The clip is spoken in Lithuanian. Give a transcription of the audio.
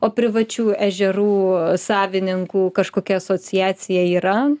o privačių ežerų savininkų kažkokia asociacija yra